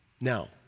Now